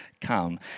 come